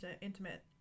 intimate